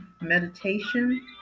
meditation